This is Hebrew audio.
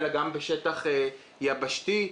אלא גם בשטח יבשתי.